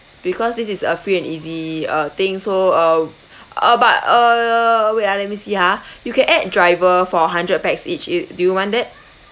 because this is a free and easy uh thing so uh uh but err wait ah let me see ha you can add driver for hundred pax each it do you want that